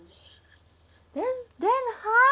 then then how